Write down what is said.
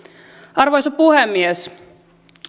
arvoisa puhemies